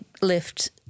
left